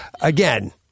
again